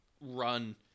run